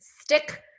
stick